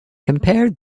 compare